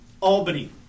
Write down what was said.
Albany